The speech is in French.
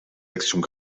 actions